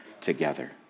together